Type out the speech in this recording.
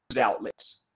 outlets